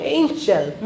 angel